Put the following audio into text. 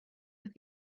with